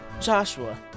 Joshua